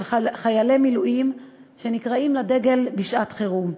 של חיילי מילואים שנקראים לדגל בשעת חירום.